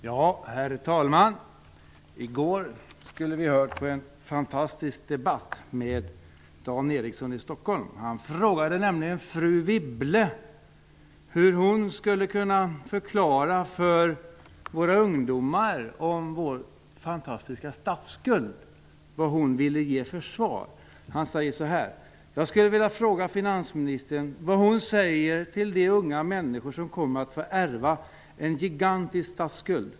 Herr talman! I går kunde vi höra en fantastisk debatt med Dan Eriksson i Stockholm. Han frågade nämligen fru Wibble vad hon ville säga till våra ungdomar om vår enorma statsskuld. Han sade: ''Jag skulle vilja fråga finansministern vad hon säger till de unga människor som kommer att få ärva en gigantisk statsskuld.''